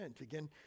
Again